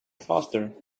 faster